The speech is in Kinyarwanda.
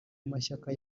mashyaka